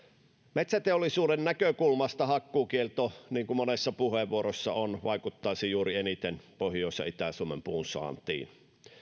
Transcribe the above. metsäteollisuuden näkökulmasta hakkuukielto niin kuin monessa puheenvuorossa on todettu vaikuttaisi juuri eniten pohjois ja itä suomen puunsaantiin